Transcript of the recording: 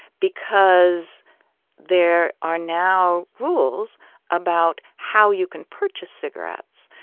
because there are now rules about how you can purchase cigarettes.